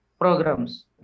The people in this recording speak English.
programs